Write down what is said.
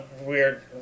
weird